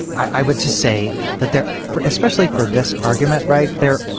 i would just say that they're for especially for this argument right there.